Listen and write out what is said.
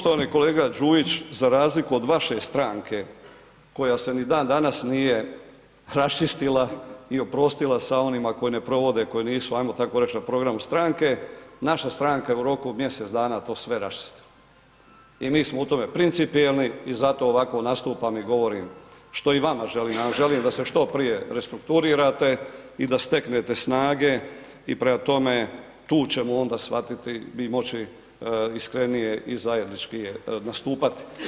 Poštovani kolega Đujić za razliku od vaše stranke koja se ni dan danas nije raščistila i oprostila sa onima koji ne provode, koji nisu ajmo tako reći na programu stranke, naša stranka je u roku od mjesec dana to sve raščistila i mi smo u tom principijelni i zato ovako nastupam i govorim što i vama želim a želim da se što prije restrukturirate i da steknete snage i prema tome tu ćemo onda shvatiti mi moći iskrenije i zajedničkije nastupati.